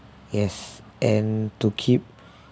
yes and to keep